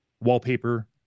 wallpaper